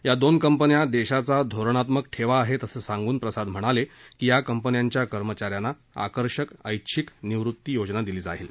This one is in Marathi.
या दोन कंपन्या देशाचा धोरणात्मक ठेवा आहेत असं सांगून प्रसाद म्हणाले की या कंपन्यांच्या कर्मचाऱ्यांना आकर्षक ऐच्छिक निवृत्ती योजना दिली जाईल